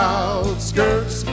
outskirts